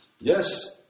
Yes